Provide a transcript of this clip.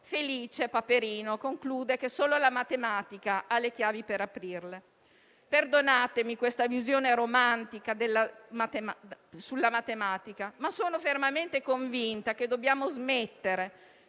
Felice, Paperino, conclude che solo la matematica ha le chiavi per aprirle. Perdonatemi questa visione romantica della matematica, ma sono fermamente convinta che dobbiamo smettere